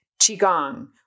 Qigong